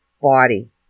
body